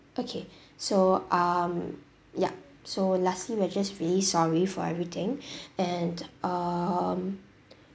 okay so um ya so lastly we're just really sorry for everything and um